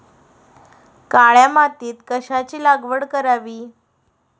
काळ्या मातीत कशाची लागवड करावी?